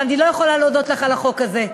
אבל אני לא יכולה להודות לך על החוק הזה.